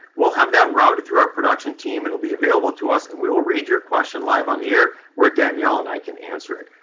we'll have that routed to our production team. it will be available to us, and we will read your question live on the air where danielle and i can answer it.